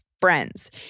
friends